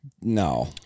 no